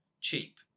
cheap